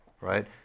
right